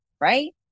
right